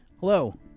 Hello